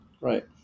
Right